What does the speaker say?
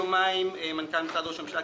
הוועדה שאנחנו רוצים לצרף אסונות טבע מן הסוג הזה